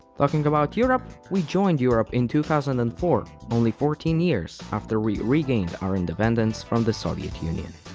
talking about europe, we joined europe in two thousand and four, only fourteen years after we regained our independence from the soviet union.